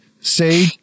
say